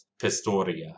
Pistoria